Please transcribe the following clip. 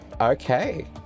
Okay